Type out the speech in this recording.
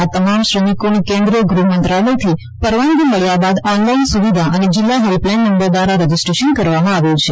આ તમામ શ્રમિકોને કેન્દ્રિય ગૃહમંત્રાલયથી પરવાનગી મળ્યા બાદ ઓનલાઇન સુવિધા અને જિલ્લા હેલ્પલાઇન નંબર દ્વારા રજીસ્ટ્રેશન કરવામાં આવ્યું છે